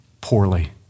poorly